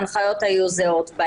הנחיות היו זהות.